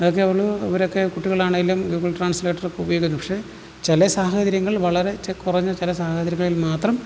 അതൊക്കെ അതില് ഇവരെയൊക്കെ കുട്ടികളാണേലും ഗൂഗിൾ ട്രാൻസിലേറ്ററൊക്കെ ഉപയോഗിക്കുന്നു പക്ഷെ ചില സാഹചര്യങ്ങൾ വളരെ ച് കുറഞ്ഞ ചില സാഹചര്യങ്ങളിൽ മാത്രം